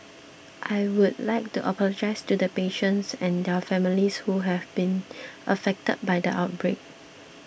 I would like to apologise to the patients and their families who have been affected by the outbreak